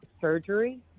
surgery